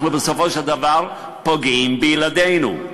אנחנו בסופו של דבר פוגעים בילדינו,